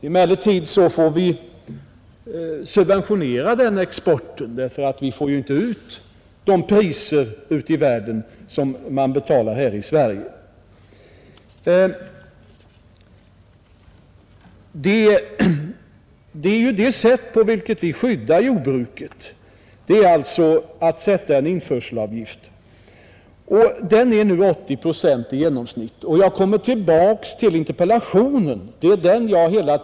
Emellertid får vi subventionera den exporten, därför att vi inte får ut de priser ute i världen som man betalar här i Sverige. Det sätt på vilket vi skyddar jordbruket är alltså att vi tar ut en införselavgift, och den är nu i genomsnitt 80 procent. Jag kommer tillbaka till interpellationen.